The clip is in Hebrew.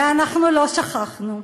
ואנחנו לא שכחנו,